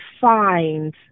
find